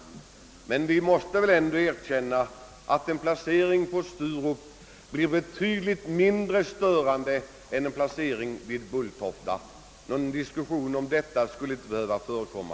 Men vi måste ändå erkänna att en placering av flygfältet i Sturup blir betydligt mindre störande än vid Bulltofta. Någon diskussion om detta skulle inte behöva förekomma.